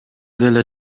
деле